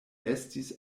estis